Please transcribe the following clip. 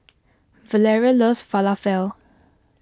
Valeria loves Falafel